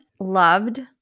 loved